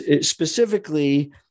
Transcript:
specifically